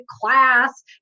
class